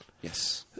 Yes